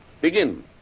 Begin